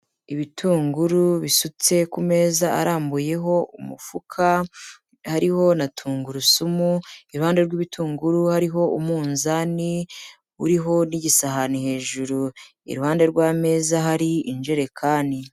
Ibitunguru bisutse ku meza arambuyeho umufuka hariho na tungurusumu, iruhande rw'ibitunguru hariho umunzani uriho n'igisahani hejuru, iruhande rw'ameza hari injerekani.